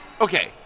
okay